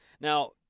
Now